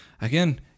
again